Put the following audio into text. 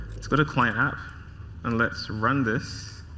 let's go to client app and let's run this.